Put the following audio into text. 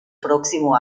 próximo